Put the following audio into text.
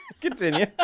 Continue